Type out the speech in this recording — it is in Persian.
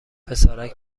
پسرک